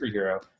superhero